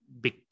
big